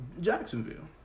Jacksonville